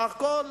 והכול בסדר.